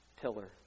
pillar